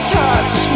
touch